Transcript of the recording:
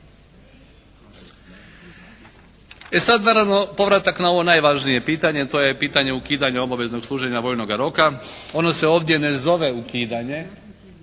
E sad naravno povratak na ovo najvažnije pitanje, to je pitanje ukidanja obaveznog služenja vojnoga roka. Ono se ovdje ne zove ukidanje,